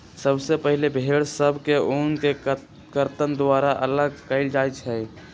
सबसे पहिले भेड़ सभ से ऊन के कर्तन द्वारा अल्लग कएल जाइ छइ